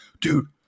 dude